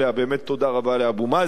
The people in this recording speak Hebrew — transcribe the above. באמת תודה רבה לאבו מאזן.